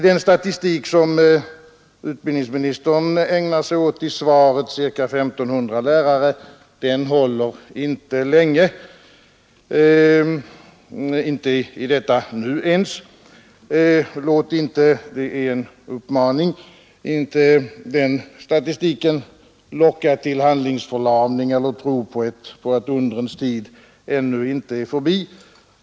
Den statistik som utbildningsministern ägnar sig åt i svaret, ca 1 500 arbetslösa lärare, håller inte länge — nej, inte ens i detta nu. Låt inte — det är en uppmaning — den statistiken locka till handlingsförlamning eller till tro på att undrens tid ännu inte är förbi.